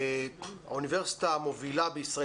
האוניברסיטה המובילה בישראל,